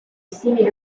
simile